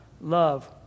love